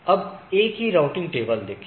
अब A की routing table देखें